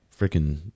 freaking